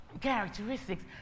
characteristics